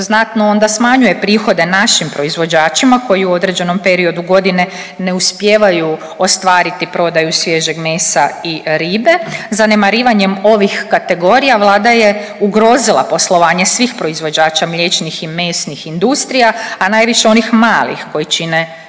znatno onda smanjuje prihode našim proizvođačima koji u određenom periodu godine ne uspijevaju ostvariti prodaju svježeg mesa i ribe. Zanemarivanjem ovih kategorija Vlada je ugrozila poslovanje svih proizvođača mliječnih i mesnih industrija, a najviše onih malih koji čine važan